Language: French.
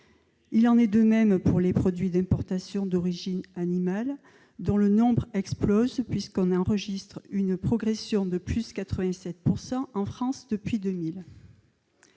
Il en est de même pour les produits d'importation d'origine animale, dont le nombre explose : on enregistre une progression de plus de 87 % en France depuis 2000.